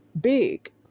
big